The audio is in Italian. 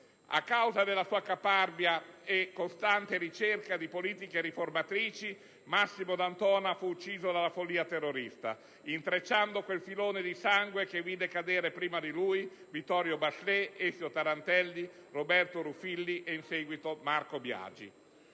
A causa della sua caparbia e costante ricerca di politiche riformatrici, Massimo D'Antona fu ucciso dalla follia terrorista, intersecando quel filone di sangue che vide cadere prima di lui Vittorio Bachelet, Ezio Tarantelli, Roberto Ruffilli e, in seguito, Marco Biagi.